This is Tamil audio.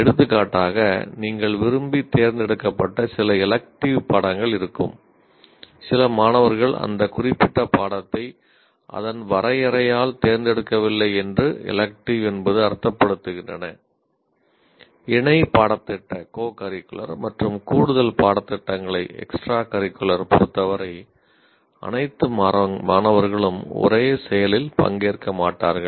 எடுத்துக்காட்டாக நீங்கள் விரும்பி தேர்ந்தெடுக்கப்பட்ட சில எலெக்ட்டிவ் பொறுத்தவரை அனைத்து மாணவர்களும் ஒரே செயலில் பங்கேற்க மாட்டார்கள்